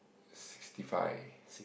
sixty five